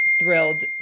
thrilled